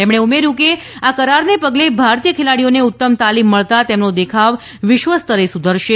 તેમણે ઉમેર્યુ કે આ કરારને પગલે ભારતીય ખેલાડીઓને ઉત્તમ તાલીમ મળતા તેમનો દેખાવ વિશ્વસ્તરે સુધરશે